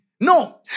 No